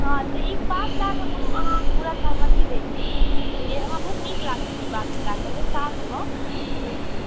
हँ तऽ ई बात लऽ कऽ हम अहाँके पूरा सहमति दै छी जे हमरा बहुत नीक लागत ई बात लऽ कऽ जे साथमे दुइ